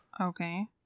Okay